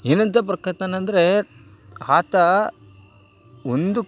ಏನಂತ ಬರ್ಕೋತಾನಂದ್ರೆ ಆತ ಒಂದು